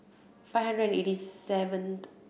five hundred eighty seventh